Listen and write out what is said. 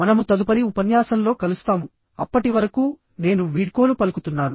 మనము తదుపరి ఉపన్యాసంలో కలుస్తాము అప్పటి వరకు నేను వీడ్కోలు పలుకుతున్నాను